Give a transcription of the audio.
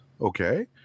Okay